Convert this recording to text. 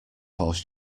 horse